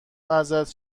ازت